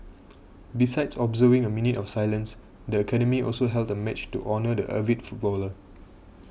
besides observing a minute of silence the academy also held a match to honour the avid footballer